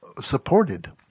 supported